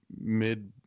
mid